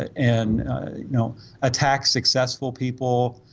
and ah. you know attack successful people